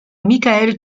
michael